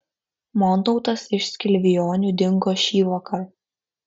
montautas iš skilvionių dingo šįvakar